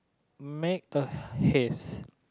make a haste